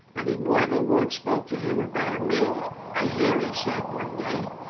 but he more than once spoke to him about aemilia. i hear, he said one day,